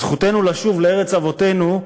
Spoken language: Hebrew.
זכותנו לשוב לארץ אבותינו,